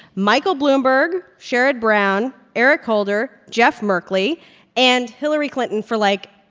michael bloomberg, sherrod brown, eric holder, jeff merkley and hillary clinton for, like,